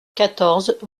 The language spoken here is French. quatorze